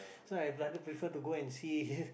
so I rather prefer to go and see